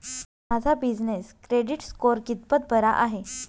माझा business credit score कितपत बरा आहे?